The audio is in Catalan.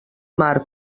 mar